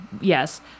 yes